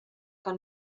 que